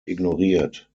ignoriert